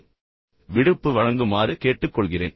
எனவே விடுப்பு வழங்குமாறு கேட்டுக்கொள்கிறேன்